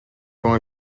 con